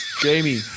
Jamie